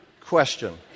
question